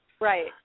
Right